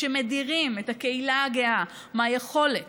כשמדירים את הקהילה הגאה מהיכולת